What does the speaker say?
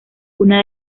una